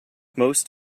most